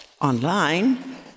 online